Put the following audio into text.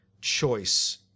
choice